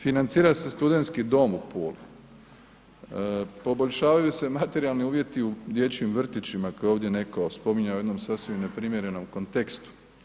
Financira se studentski dom u Puli, poboljšavaju se materijalni uvjeti u dječjim vrtićima koje je ovdje netko spominjao u jednom sasvim neprimjerenom kontekstu.